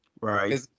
Right